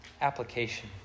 Application